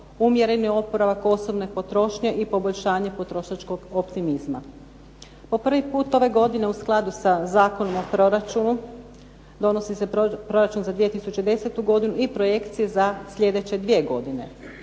umjereni oporavak osobne potrošnje i poboljšanje potrošačkog optimizma. Po prvi puta ove godine u skladu sa Zakonom o proračunu, donosi se proračun za 2010. godinu i projekcije za sljedeće dvije godine.